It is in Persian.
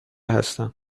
هستم